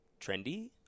trendy